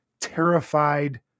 terrified